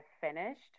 finished